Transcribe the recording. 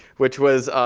which was,